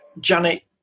Janet